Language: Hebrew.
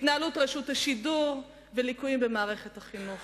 התנהלות רשות השידור וליקויים במערכת החינוך,